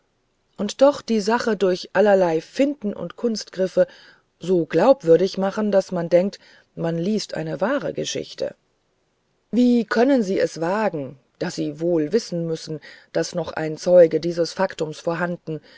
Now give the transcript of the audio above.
und doch die sache durch allerlei finten und kunstgriffe so glaubwürdig machen daß man denkt man liest eine wahre geschichte wie können sie dies wagen da sie wohl wissen müssen daß noch ein zeuge dieses faktums vorhanden